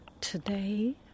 today